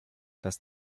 das